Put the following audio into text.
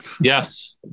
Yes